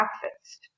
breakfast